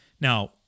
Now